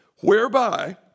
whereby